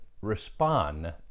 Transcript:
respond